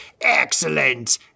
excellent